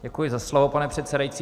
Děkuji za slovo, pane předsedající.